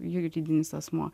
juridinis asmuo